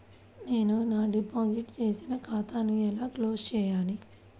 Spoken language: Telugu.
నేను నా డిపాజిట్ చేసిన ఖాతాను ఎలా క్లోజ్ చేయాలి?